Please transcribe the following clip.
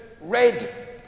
red